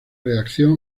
reacción